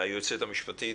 היועצת המשפטית.